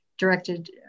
directed